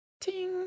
Ting